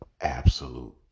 Absolute